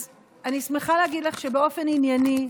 אז אני שמחה להגיד לך שבאופן ענייני,